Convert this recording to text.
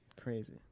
Crazy